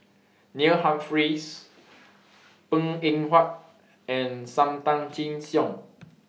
Neil Humphreys Png Eng Huat and SAM Tan Chin Siong